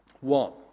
One